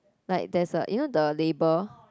like there's a you know the label